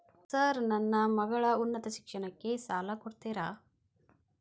Sir ನನ್ನ ಮಗಳ ಉನ್ನತ ಶಿಕ್ಷಣಕ್ಕೆ ಸಾಲ ಕೊಡುತ್ತೇರಾ?